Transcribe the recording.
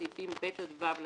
סעיפים ב עד ו לתקן.